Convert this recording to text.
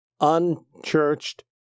unchurched